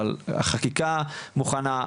אבל החקיקה מוכנה,